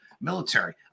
military